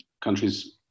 countries